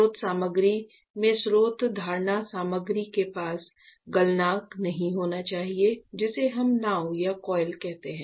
स्रोत सामग्री में स्रोत धारण सामग्री के पास गलनांक नहीं होना चाहिए जिसे हम नाव या कॉइल कहते हैं